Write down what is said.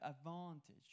advantage